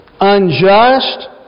unjust